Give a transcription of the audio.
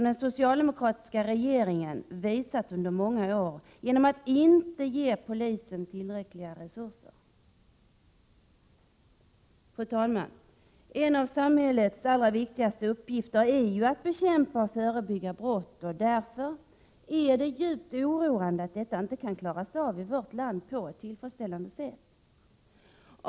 Den socialdemokratiska regeringen har under många år visat brist på förståelse genom att inte ge polisen tillräckliga resurser. Fru talman! En av samhällets allra viktigaste uppgifter är att bekämpa och förebygga brott. Därför är det djupt oroande att detta inte klaras av i vårt land på ett tillfredsställande sätt.